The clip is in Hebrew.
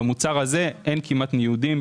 במוצר הזה אין כמעט ניודים,